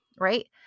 Right